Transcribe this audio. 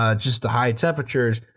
ah just the high temperatures,